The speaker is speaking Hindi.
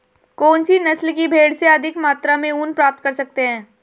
कौनसी नस्ल की भेड़ से अधिक मात्रा में ऊन प्राप्त कर सकते हैं?